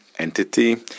Entity